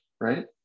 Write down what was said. right